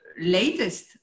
latest